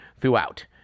throughout